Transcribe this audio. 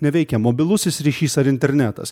neveikia mobilusis ryšys ar internetas